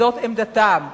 וזאת עמדתם.